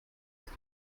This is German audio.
ist